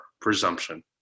presumption